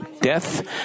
death